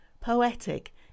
poetic